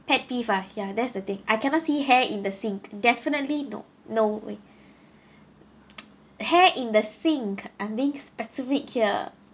pet peeve ah ya that's the thing I cannot see hair in the sink definitely no no way hair in the sink I'm being specific here